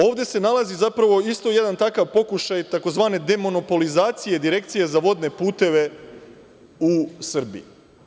Ovde se nalazi jedan takav pokušaj tzv. demonopolizacije direkcije za vodne puteve uSrbiji.